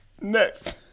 next